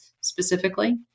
specifically